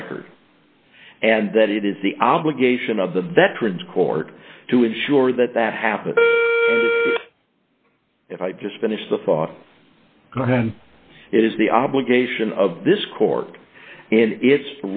record and that it is the obligation of the veterans court to ensure that that happens if i just finish the thought it is the obligation of this court and its